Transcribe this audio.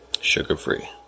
Sugar-free